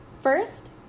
First